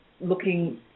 looking